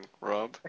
Rob